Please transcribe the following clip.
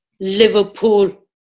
Liverpool